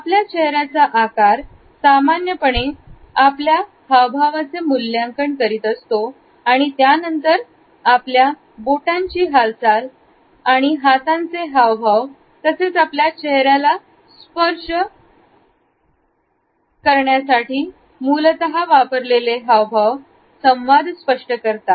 आपल्या चेहऱ्याचा आकार सामान्यपणे आपल्या हा व भावाचे मूल्यांकन करीत असतो आणि त्यानंतर आपल्या बोटांची हालचाल आणि हातांचे हावभाव तसेच त्यांचा आपल्या चेहऱ्याला स्पर्ष हे मूलतः संवाद स्पष्ट करतात